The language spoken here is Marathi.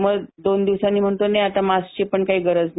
मग दोन दिवसांनी म्हणतो नाही आता मास्कची पण आता गरज नाही